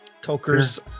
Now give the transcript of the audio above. Tokers